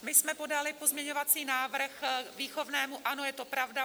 My jsme podali pozměňovací návrh k výchovnému, ano, je to pravda.